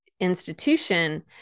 institution